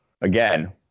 again